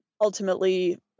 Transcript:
ultimately